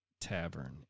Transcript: Tavern